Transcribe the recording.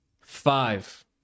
Five